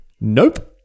Nope